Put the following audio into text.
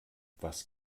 was